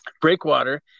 breakwater